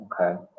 Okay